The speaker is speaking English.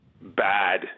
bad